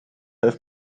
heeft